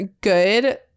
good